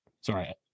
Sorry